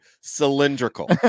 cylindrical